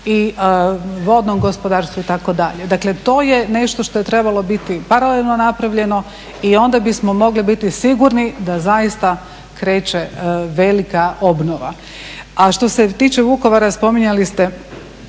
i vodnom gospodarstvu itd., dakle to je nešto što je trebalo biti paralelno napravljeno i onda bismo mogli biti sigurni da zaista kreće velika obnova. A što se tiče Vukovara spominjali ste